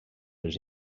els